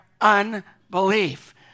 unbelief